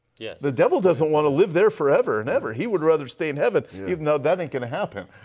yeah the devil doesn't want to live there forever and ever. he would rather stay in heaven even though that ain't going to happen,